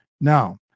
Now